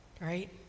right